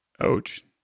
Ouch